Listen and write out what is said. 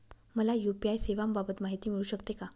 मला यू.पी.आय सेवांबाबत माहिती मिळू शकते का?